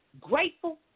grateful